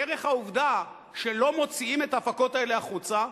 דרך העובדה שלא מוציאים את ההפקות האלה החוצה,